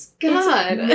God